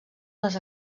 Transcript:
les